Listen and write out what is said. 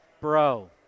bro